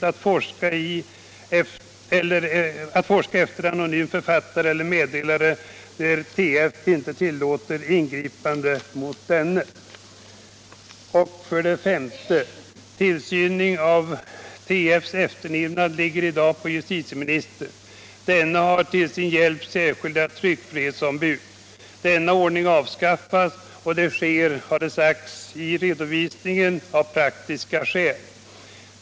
grundlagsändringar meddelare, när TF inte tillåter ingripande mot denne. 5. Tillsynen av TF:s efterlevnad ligger i dag på justitieministern. Denne har till sin hjälp särskilda tryckfrihetsombud. Denna ordning avskaffas nu, och detta sker, enligt vad som uttalats, av praktiska skäl.